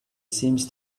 seems